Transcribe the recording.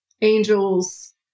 Angels